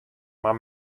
mar